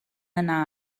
yna